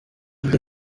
the